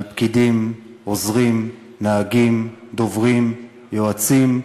על פקידים, עוזרים, נהגים, דוברים, יועצים.